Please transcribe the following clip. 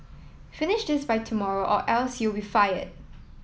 finish this by tomorrow or else you'll be fired